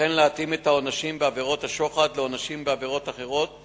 וכן להתאים את העונשים בעבירות השוחד לעונשים בעבירות אחרות